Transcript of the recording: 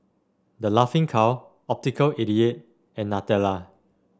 The Laughing Cow Optical eighty eight and Nutella